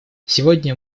сегодня